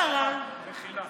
מחילה.